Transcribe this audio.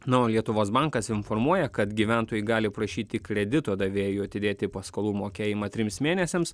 na o lietuvos bankas informuoja kad gyventojai gali prašyti kredito davėjų atidėti paskolų mokėjimą trims mėnesiams